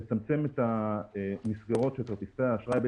לצמצם את המסגרות של כרטיסי האשראי,